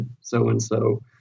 so-and-so